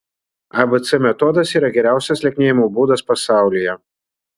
abc metodas yra geriausias lieknėjimo būdas pasaulyje